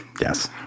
Yes